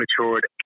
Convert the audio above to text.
matured